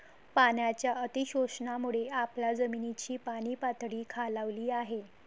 पाण्याच्या अतिशोषणामुळे आपल्या जमिनीची पाणीपातळी खालावली आहे